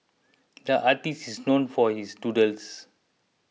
the artist is known for his doodles